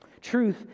Truth